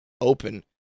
open